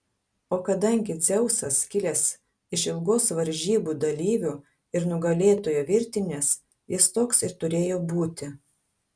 o kadangi dzeusas kilęs iš ilgos varžybų dalyvių ir nugalėtojų virtinės jis toks ir turėjo būti